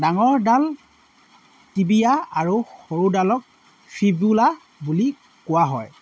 ডাঙৰডাল tibia আৰু সৰুডালক fibula বুলি কোৱা হয়